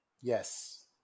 Yes